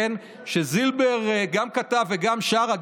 שזילבר גם כתב וגם שר,